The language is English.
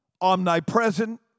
omnipresent